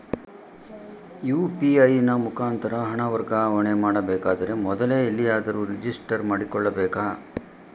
UPI ನ ಮುಖಾಂತರ ಹಣ ವರ್ಗಾವಣೆ ಮಾಡಬೇಕಾದರೆ ಮೊದಲೇ ಎಲ್ಲಿಯಾದರೂ ರಿಜಿಸ್ಟರ್ ಮಾಡಿಕೊಳ್ಳಬೇಕಾ?